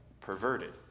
perverted